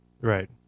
Right